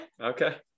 okay